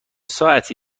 ساعتی